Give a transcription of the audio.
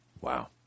Wow